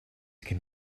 can